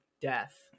Death